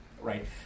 right